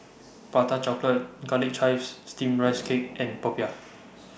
Prata Chocolate Garlic Chives Steamed Rice Cake and Popiah